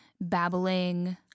babbling